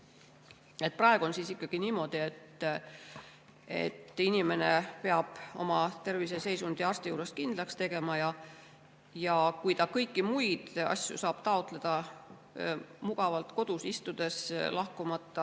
Praegu on ikkagi niimoodi, et inimene peab oma terviseseisundi arsti juures kindlaks tegema. Kui ta kõiki muid asju saab taotleda mugavalt kodust lahkumata,